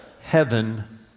heaven